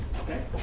Okay